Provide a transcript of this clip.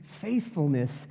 faithfulness